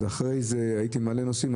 אם הייתי מעלה נושאים,